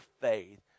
faith